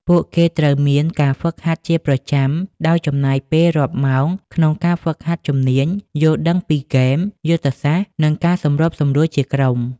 ពួកគេត្រូវមាន ការហ្វឹកហាត់ជាប្រចាំ ដោយចំណាយពេលរាប់ម៉ោងក្នុងការហ្វឹកហាត់ជំនាញ យល់ដឹងពីហ្គេម យុទ្ធសាស្ត្រ និងការសម្របសម្រួលជាមួយក្រុម។